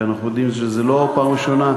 ואנחנו יודעים שזו לא פעם ראשונה,